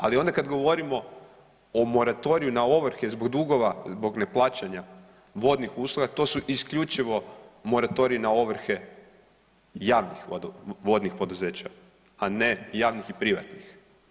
Ali onda kada govorimo o moratoriju na ovrhe zbog dugova zbog neplaćanja vodnih usluga to su isključivo moratoriji na ovrhe javnih vodnih poduzeća, a ne javnih i privatnih.